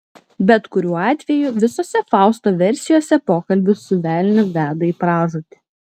bet kuriuo atveju visose fausto versijose pokalbis su velniu veda į pražūtį